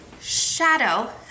shadow